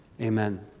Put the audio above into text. Amen